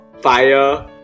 fire